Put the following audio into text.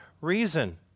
reason